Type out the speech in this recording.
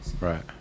Right